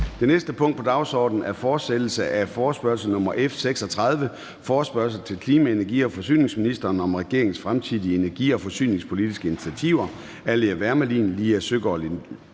Det næste punkt på dagsordenen er: 3) Fortsættelse af forespørgsel nr. F 36 [afstemning]: Forespørgsel til klima-, energi- og forsyningsministeren om regeringens fremtidige energi- og forsyningspolitiske initiativer.